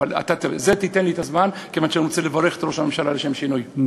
אבל תיתן לי את הזמן כיוון שאני רוצה לברך את ראש הממשלה לשם שינוי.